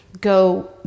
go